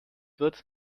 wird